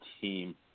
team